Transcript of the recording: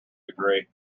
degree